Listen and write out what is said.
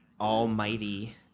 almighty